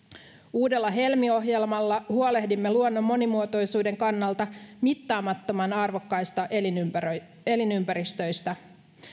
uudella helmi ohjelmalla huolehdimme luonnon monimuotoisuuden kannalta mittaamattoman arvokkaista elinympäristöistä elinympäristöistä